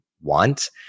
want